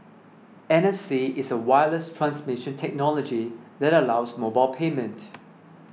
N F C is a wireless transmission technology that allows mobile payment